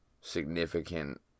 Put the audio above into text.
significant